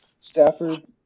Stafford